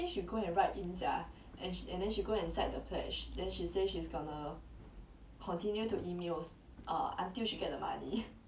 but very weird leh like 他有给他那个第一笔六百块 then afterwards they don't want give already isn't it very weird